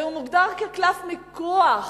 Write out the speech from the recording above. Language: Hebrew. הרי הוא מוגדר כקלף מיקוח